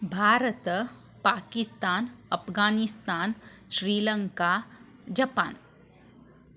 Bharat Pakistan Afghanistan Sri Lanka Japan